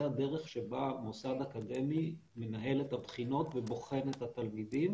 הדרך שבה מוסד אקדמי מנהל את הבחינות ובוחן את התלמידים,